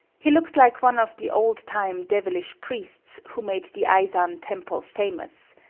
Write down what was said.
he looked like one of the old-time devilish priests who made the eizan temple famous.